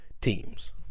teams